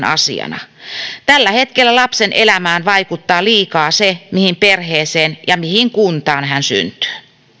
asiana tällä hetkellä lapsen elämään vaikuttaa liikaa se mihin perheeseen ja mihin kuntaan hän syntyy